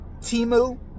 Timu